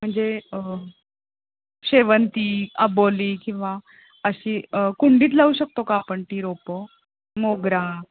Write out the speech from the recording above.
म्हणजे शेवंती अबोली किंवा अशी कुंडीत लावू शकतो का आपण ती रोपं मोगरा